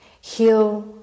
heal